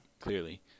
clearly